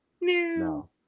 no